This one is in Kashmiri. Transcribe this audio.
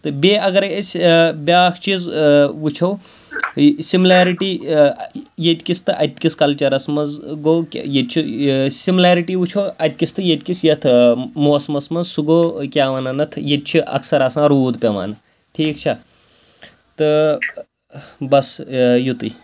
تہٕ بیٚیہِ اگرَے أسۍ بیٛاکھ چیٖز وٕچھو سِملیرِٹی ییٚتہِ کِس تہٕ اَتہِ کِس کَلچَرَس منٛز گوٚو کہِ ییٚتہِ چھِ سِملیرِٹی وٕچھو اَتہِ کِس تہٕ ییٚتہِ کِس یَتھ موسمَس منٛز سُہ گوٚو کیٛاہ وَنان اَتھ ییٚتہِ چھِ اَکثَر آسان روٗد پٮ۪وان ٹھیٖک چھا تہٕ بَس یُتُے